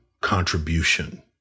contribution